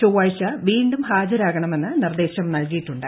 ചൊവ്വാഴ്ച വീണ്ടും ഹാജരാകണമെന്ന് നിർദ്ദേശം നൽകിയിട്ടുണ്ട്